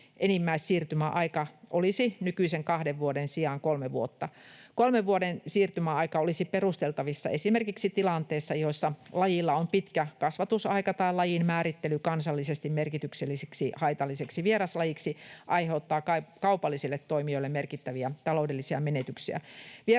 enimmäissiirtymäaika olisi nykyisen kahden vuoden sijaan kolme vuotta. Kolmen vuoden siirtymäaika olisi perusteltavissa esimerkiksi tilanteissa, joissa lajilla on pitkä kasvatusaika tai lajin määrittely kansallisesti merkitykselliseksi, haitalliseksi vieraslajiksi aiheuttaa kaupallisille toimijoille merkittäviä taloudellisia menetyksiä.